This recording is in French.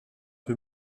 peu